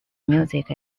music